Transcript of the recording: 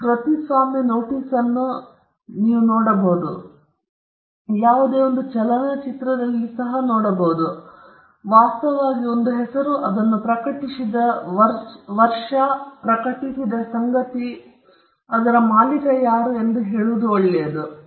ನೀವು ಕೃತಿಸ್ವಾಮ್ಯ ನೋಟೀಸ್ ಅನ್ನು ಮತ್ತು ವಾಸ್ತವವಾಗಿ ಒಂದು ಹೆಸರಿನ ಹೆಸರು ಮತ್ತು ಅದನ್ನು ಪ್ರಕಟಿಸಿದ ವರ್ಷದಲ್ಲಿ ಮತ್ತು ನೀವು ಅದನ್ನು ಪ್ರಕಟಿಸಿದ ಸಂಗತಿಯೆಂದರೆ ನೀವು ಸರಿಯಾದ ಮಾಲೀಕರಾಗಿದ್ದೀರಿ ಎಂದು ಹೇಳುವುದು ಒಳ್ಳೆಯದು